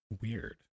Weird